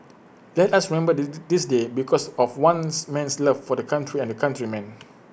let us remember this day because of ones man's love for the country and countrymen